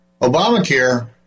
Obamacare